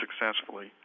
successfully